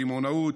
הקמעונאות,